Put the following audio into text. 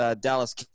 Dallas